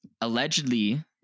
allegedly